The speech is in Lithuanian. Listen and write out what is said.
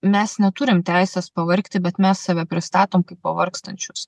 mes neturim teisės pavargti bet mes save pristatom kaip pavargstančius